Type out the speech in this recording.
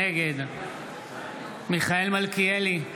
נגד מיכאל מלכיאלי,